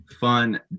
fun